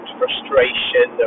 frustration